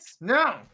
No